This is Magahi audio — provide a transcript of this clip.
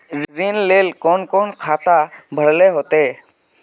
ऋण लेल कोन कोन खाता भरेले होते?